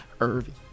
Irving